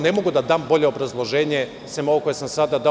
Ne mogu da dam bolje obrazloženje sem ovog koje sam sada dao.